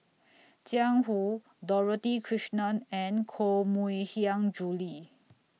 Jiang Hu Dorothy Krishnan and Koh Mui Hiang Julie